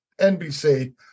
NBC